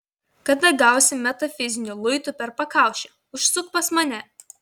kada gausi metafiziniu luitu per pakaušį užsuk pas mane